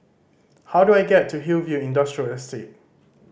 how do I get to Hillview Industrial Estate